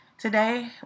Today